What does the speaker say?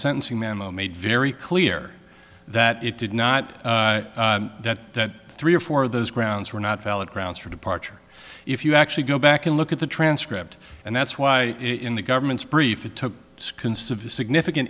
sentencing memo made very clear that it did not that three or four of those grounds were not valid grounds for departure if you actually go back and look at the transcript and that's why in the government's brief it took consider significant